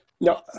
No